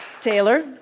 Taylor